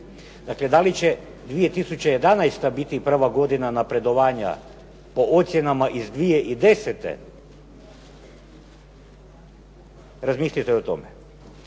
Dakle, da li će 2011. biti prva godina napredovanja po ocjenama iz 2010., razmislite o tome.